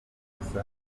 ubusa